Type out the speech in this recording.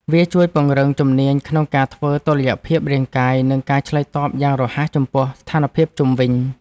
វាជួយពង្រឹងជំនាញក្នុងការធ្វើតុល្យភាពរាងកាយ និងការឆ្លើយតបយ៉ាងរហ័សចំពោះស្ថានភាពជុំវិញ។